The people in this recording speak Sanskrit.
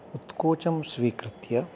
उत्कोचं स्वीकृत्य